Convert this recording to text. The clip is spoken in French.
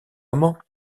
instant